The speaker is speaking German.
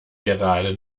gerade